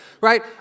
right